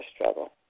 struggle